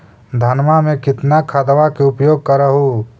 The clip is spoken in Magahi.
धानमा मे कितना खदबा के उपयोग कर हू?